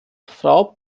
frau